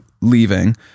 leaving